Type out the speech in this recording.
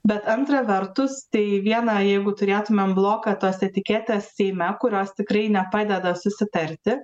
bet antra vertus tai viena jeigu turėtumėm bloką tos etiketės seime kurios tikrai nepadeda susitarti